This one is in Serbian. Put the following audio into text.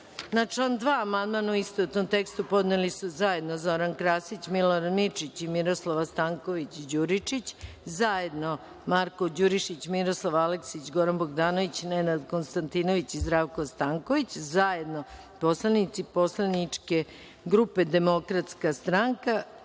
član 2. amandman u istovetnom tekstu podneli su zajedno Zoran Krasić, Milorad Mirčić i Miroslava Stanković Đuričić, zajedno Marko Đurišić, Miroslav Aleksić, Goran Bogdanović, Nenad Konstantinović i Zdravko Stanković, zajedno poslanici poslaničke grupe DS, Zoran